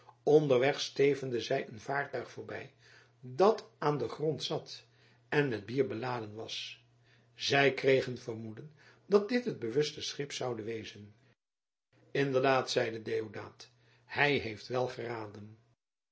onderweg stevenden zij een vaartuig voorbij dat aan den grond zat en met bier beladen was zij kregen vermoeden dat dit het bewuste schip zoude wezen inderdaad zeide deodaat hij heeft wèl geraden